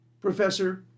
Professor